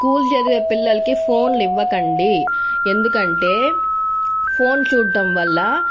school చదివే పిల్లలకి phone ఇవ్వకండి ఎందుకంటే ఫోన్ చూడడం వల్ల